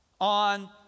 on